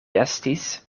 estis